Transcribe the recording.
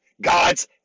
God's